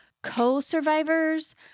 Co-survivors